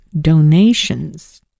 donations